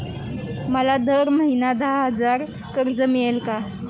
मला दर महिना दहा हजार कर्ज मिळेल का?